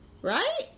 Right